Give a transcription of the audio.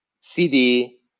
CD